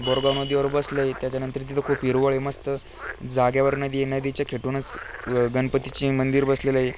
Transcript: बोरगाव नदीवर बसलंय त्याच्यानंतर तिथं खूप हिरवळ आहे मस्त जाग्यावर नदी आहे नदीच्या खेटूनच गणपतीची मंदिर बसलेलं आहे